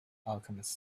alchemist